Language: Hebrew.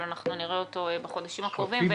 אבל אנחנו נראה אותו בחודשים הקרובים,